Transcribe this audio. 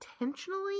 intentionally